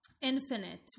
infinite